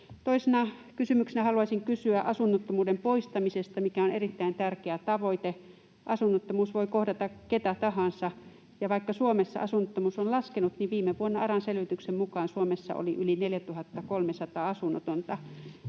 Toisena kysymyksenä haluaisin kysyä asunnottomuuden poistamisesta, mikä on erittäin tärkeä tavoite. Asunnottomuus voi kohdata ketä tahansa, ja vaikka Suomessa asunnottomuus on laskenut, niin viime vuonna ARAn selvityksen mukaan Suomessa oli yli 4 300 asunnotonta.